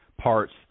parts